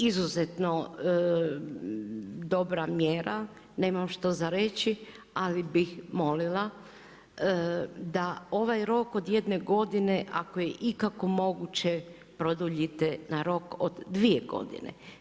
Izuzetno dobra mjera, nemam što za reći ali bih molila da ovaj rok od jedne godine ako je ikako moguće produljite na rok od dvije godine.